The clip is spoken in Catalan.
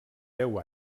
deu